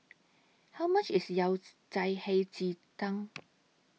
How much IS Yao Cai Hei Ji Tang